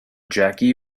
jackie